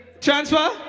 Transfer